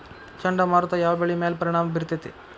ಚಂಡಮಾರುತ ಯಾವ್ ಬೆಳಿ ಮ್ಯಾಲ್ ಪರಿಣಾಮ ಬಿರತೇತಿ?